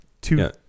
Two